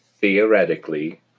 Theoretically